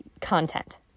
content